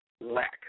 lack